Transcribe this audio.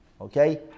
Okay